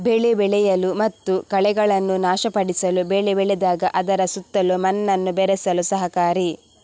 ಬೆಳೆ ಬೆಳೆಯಲು ಮತ್ತು ಕಳೆಗಳನ್ನು ನಾಶಪಡಿಸಲು ಬೆಳೆ ಬೆಳೆದಾಗ ಅದರ ಸುತ್ತಲೂ ಮಣ್ಣನ್ನು ಬೆರೆಸಲು ಸಹಕಾರಿ